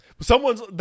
Someone's